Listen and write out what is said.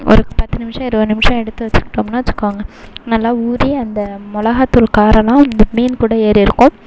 ஒரு பத்து நிமிஷம் இருபது நிமிஷம் எடுத்து வச்சிக்கிட்டோம்ன்னு வச்சுக்கோங்க நல்லா ஊறி அந்த மிளகா தூள் காரலாம் அந்த மீன் கூட ஏறியிருக்கும்